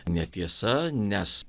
netiesa nes